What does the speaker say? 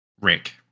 Rick